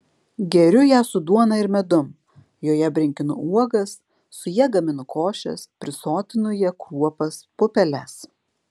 geriu ją su duona ir medum joje brinkinu uogas su ja gaminu košes prisotinu ja kruopas pupeles